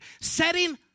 setting